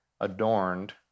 adorned